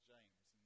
James